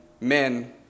men